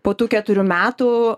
po tų keturių metų